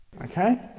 Okay